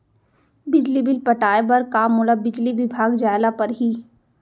बिजली बिल पटाय बर का मोला बिजली विभाग जाय ल परही?